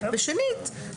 שנית,